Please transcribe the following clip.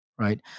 right